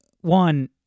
One